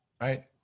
Right